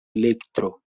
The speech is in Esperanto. elektro